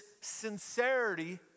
sincerity